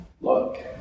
Look